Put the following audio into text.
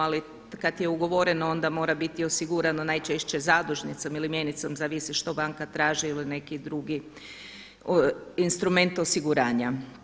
Ali kad je ugovoreno, onda mora biti osigurano najčešće zadužnicom ili mjenicom zavisi što banka traži ili neki drugi instrument osiguranja.